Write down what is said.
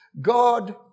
God